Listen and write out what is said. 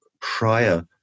prior